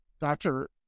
doctor